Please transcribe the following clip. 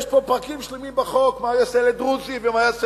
יש פה פרקים שלמים בחוק מה ייעשה לדרוזי ומה ייעשה